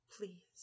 Please